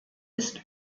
ist